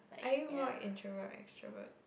are you more introvert or extrovert